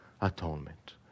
atonement